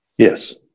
Yes